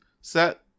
set